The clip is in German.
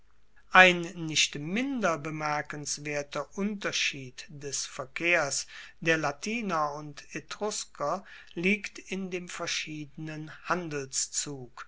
ein nicht minder bemerkenswerter unterschied des verkehrs der latiner und etrusker liegt in dem verschiedenen